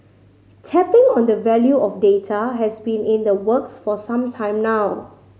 tapping on the value of data has been in the works for some time now